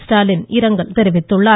ஸ்டாலின் இரங்கல் தெரிவித்திருக்கிறார்